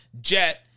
Jet